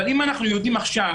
אבל אם אנחנו יודעים עכשיו